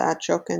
הוצאת שוקן,